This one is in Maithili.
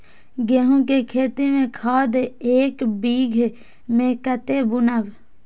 गेंहू के खेती में खाद ऐक बीघा में कते बुनब?